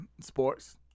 sports